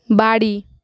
বাড়ি